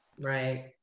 Right